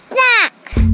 Snacks